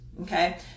okay